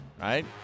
right